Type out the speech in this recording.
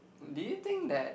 do you think that